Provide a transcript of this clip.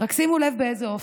רק שימו לב באיזה אופן: